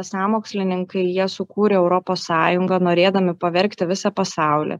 sąmokslininkai jie sukūrė europos sąjungą norėdami pavergti visą pasaulį